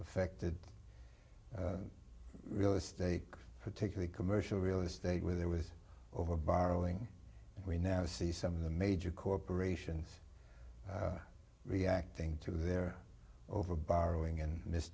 affected real estate particularly commercial real estate where there was over borrowing we now see some of the major corporations reacting to their over borrowing